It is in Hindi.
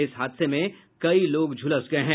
इस हादसे में कई लोग झुलस गये हैं